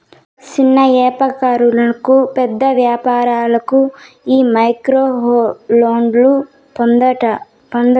సిన్న యాపారులకు, పేద వ్యాపారులకు ఈ మైక్రోలోన్లు పొందచ్చట